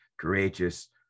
courageous